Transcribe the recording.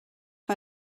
mae